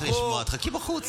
קשה לך לשמוע, תחכי בחוץ.